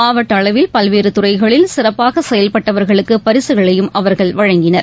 மாவட்டஅளவில் பல்வேறுதுறைகளில் சிறப்பாகசெயல்பட்டவர்களுக்குபரிசுகளையும் அவர்கள் வழங்கினர்